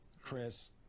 Chris